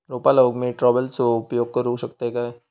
रोपा लाऊक मी ट्रावेलचो उपयोग करू शकतय काय?